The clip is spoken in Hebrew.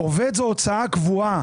עובד זאת הוצאה קבועה.